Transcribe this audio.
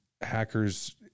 hackers